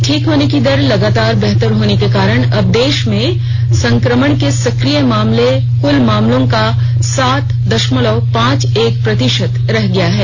ठीक होने की दर लगातार बेहतर होने के कारण अब देश में संक्रमण के सक्रिय मामले क्ल मामलों का सात दशमलव पांच एक प्रतिशत रह गये हैं